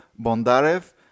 Bondarev